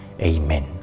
Amen